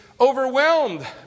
overwhelmed